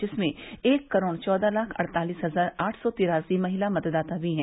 जिसमें एक करोड़ चैदह लाख अड़तालीस हजार आठ सौ तिरासी महिला मतदाता भी हैं